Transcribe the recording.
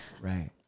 Right